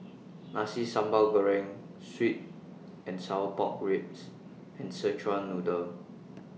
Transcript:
Nasi Sambal Goreng Sweet and Sour Pork Ribs and Szechuan Noodle